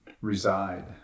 reside